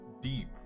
deep